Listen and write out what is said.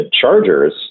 Chargers